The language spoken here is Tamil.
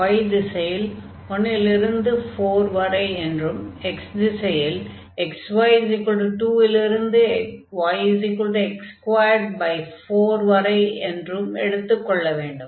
y திசையில் 1 லிருந்து 4 வரை என்றும் x திசையில் xy2 லிருந்து yx24 வரை என்றும் எடுத்துக் கொள்ள வேண்டும்